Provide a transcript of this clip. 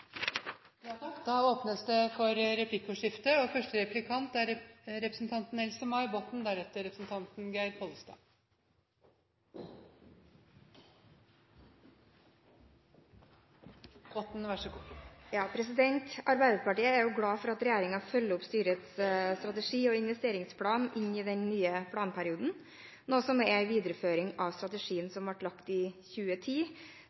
åpnes for replikkordskifte. Arbeiderpartiet er glad for at regjeringen følger opp styrets strategi og investeringsplan inn i den nye planperioden, noe som er en videreføring av strategien som ble lagt i 2010,